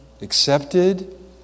accepted